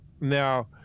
Now